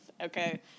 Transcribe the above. Okay